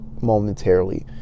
momentarily